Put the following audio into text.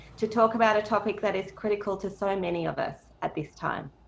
to talk about a topic that is critical to so many of us at this time.